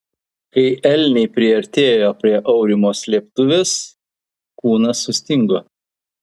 kai elniai priartėjo prie aurimo slėptuvės kūnas sustingo